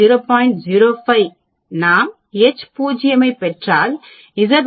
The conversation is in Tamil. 05 நாம் H0 ஐப் பெற்றால் Z 1